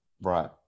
right